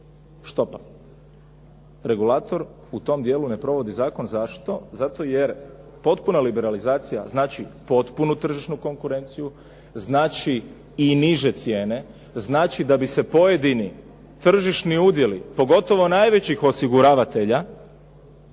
štopa. Regulator u tom dijelu ne provodi zakon. Zašto? Zato jer potpuna liberalizacija znači potpunu tržišnu konkurenciju, znači i niže cijene, znači da bi se pojedini tržišni udjeli, pogotovo najvećih osiguravatelja,